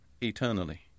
eternally